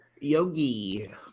yogi